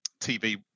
tv